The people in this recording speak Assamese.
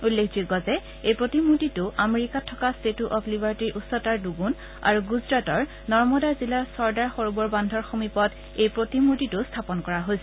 উল্লেখযোগ্য যে এই প্ৰতিমূৰ্তিটো আমেৰিকাত থকা ট্টেচূ অব লিবাৰটিৰ উচ্চতাৰ দুগুণ আৰু গুজৰাটৰ নৰ্মদা জিলাৰ চৰ্দাৰ সৰোবৰ বান্ধৰ সমীপত এই প্ৰতিমূৰ্তিটো স্থাপন কৰা হৈছে